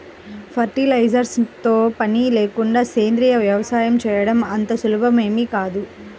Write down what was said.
fertilisers తో పని లేకుండా సేంద్రీయ వ్యవసాయం చేయడం అంత సులభమేమీ కాదు